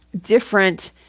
different